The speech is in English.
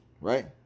right